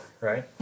right